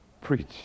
Preach